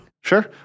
Sure